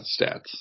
stats